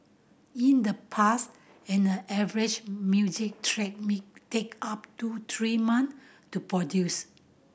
in the past an average music track might take up to three months to produce